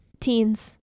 teens